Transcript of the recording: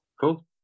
cool